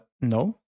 No